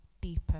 deeper